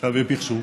שווה פרסום,